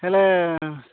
ହେଲେ